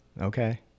Okay